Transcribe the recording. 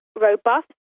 robust